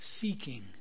seeking